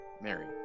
mary